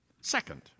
Second